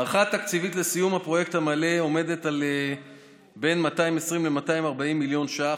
ההערכה התקציבית לסיום הפרויקט המלא עומדת על בין 220 ל-240 מיליון ש"ח,